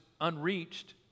unreached